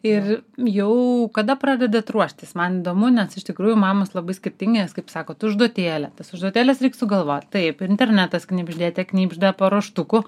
ir jau kada pradedat ruoštis man įdomu nes iš tikrųjų mamos labai skirtingai nes kaip sakot užduotėlę tas užduotėles reik sugalvot taip internetas knibždėte knibžda paruoštukų